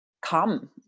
come